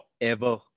forever